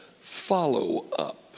follow-up